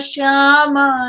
Shama